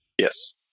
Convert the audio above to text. Yes